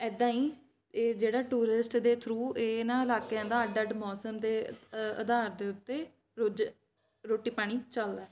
ਇੱਦਾਂ ਹੀ ਇਹ ਜਿਹੜਾ ਟੂਰਿਸਟ ਦੇ ਥਰੂ ਇਹਨਾਂ ਇਲਾਕਿਆਂ ਦਾ ਅੱਡਾ ਅੱਡ ਮੌਸਮ ਦੇ ਅਧਾਰ ਦੇ ਉੱਤੇ ਰੁਜ ਰੋਟੀ ਪਾਣੀ ਚੱਲਦਾ